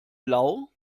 blau